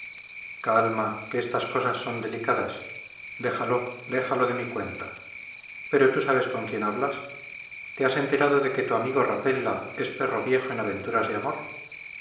calma que estas cosas son delicadas déjalo déjalo de mi cuenta pero tú sabes con quién hablas te has enterado de que tu amigo rapella es perro viejo en aventuras de amor